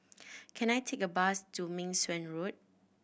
can I take a bus to Meng Suan Road